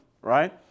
Right